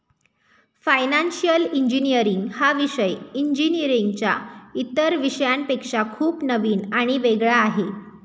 financial engineering हा विषय इंजिनीअरिंगच्या इतर विषयांपेक्षा खूप नवीन आणि वेगळा आहे